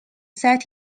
set